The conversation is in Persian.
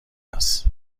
است